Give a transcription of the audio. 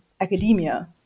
academia